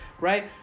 right